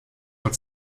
with